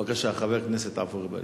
בבקשה, חבר הכנסת עפו אגבאריה.